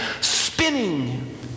spinning